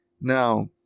Now